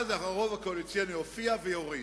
ואז הרוב הקואליציוני מופיע ויורד.